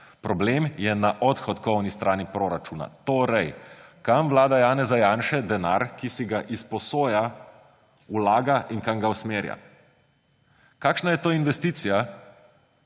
Problem je na odhodkovni strani proračuna, torej kam vlada Janeza Janše denar, ki si ga izposoja, vlaga in kam ga usmerja. Kakšna je to investicija,